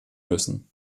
müssen